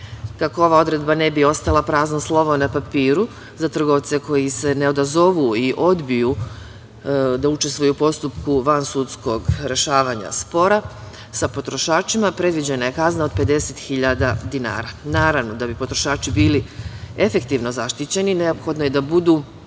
Kako ova odredba ne bi ostala prazno slovo na papiru, za trgovce koji se ne odazovu i odbiju da učestvuju u postupku vansudskog rešavanja spora sa potrošačima, predviđena je kazna od 50.000 dinara. Naravno, da bi potrošači bili efektivno zaštićeni neophodno je da budu